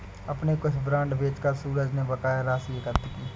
अपने कुछ बांड बेचकर सूरज ने बकाया राशि एकत्र की